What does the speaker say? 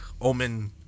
omen